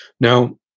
Now